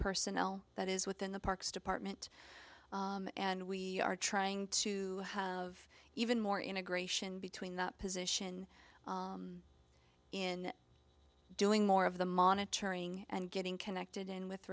personnel that is within the parks department and we are trying to of even more integration between the position in doing more of the monitoring and getting connected in with